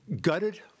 gutted